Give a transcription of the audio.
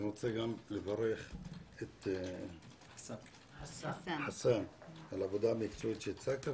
אני רוצה לברך גם את חסאן על העבודה המקצועית שהצגת,